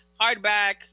hardback